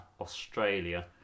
Australia